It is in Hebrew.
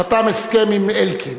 חתם הסכם עם אלקין.